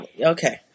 Okay